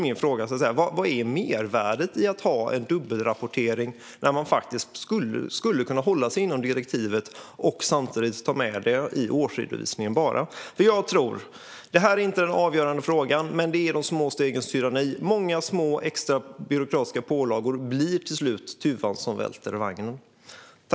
Min fråga blir: Vad är mervärdet i att ha en dubbelrapportering när man skulle kunna hålla sig inom direktivet genom att bara ta med det i årsredovisningen? Det här är inte den avgörande frågan. Men vi talar om de små stegens tyranni. Små extra byråkratiska pålagor blir till slut tuvan som stjälper lasset.